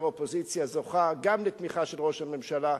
אופוזיציה זוכה גם לתמיכה של ראש הממשלה,